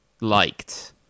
liked